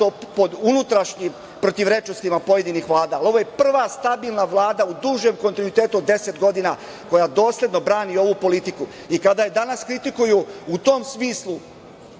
pod unutrašnjim protivrečnostima pojedinih vlada. Ovo je prva stabilna vlada u dužem kontinuitetu od 10 godina koja dosledno brani ovu politiku i kada je danas kritikuju u tom smislu